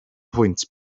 pwynt